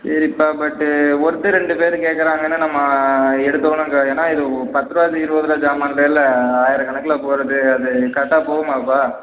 சரிப்பா பட்டு ஒர்த்தர் ரெண்டு பேர் கேட்கறாங்கன்னா நம்ம எடுத்தவொடன்னே அங்கே ஏன்னா இது பத்து ரூவா இருபது ரூவா ஜாமான் இல்லைல்ல ஆயிரக்கணக்குல போவது அது கரெக்டாக போகுமாப்பா